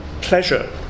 pleasure